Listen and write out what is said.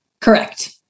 Correct